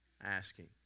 asking